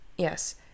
yes